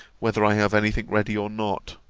whether i have any thing ready or not.